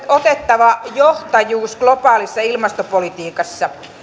otettava johtajuus globaalissa ilmastopolitiikassa